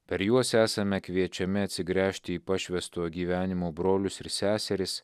per juos esame kviečiami atsigręžt į pašvęstojo gyvenimo brolius ir seseris